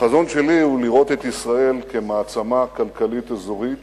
החזון שלי הוא לראות את ישראל כמעצמה כלכלית אזורית